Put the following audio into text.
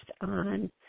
on